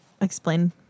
Explain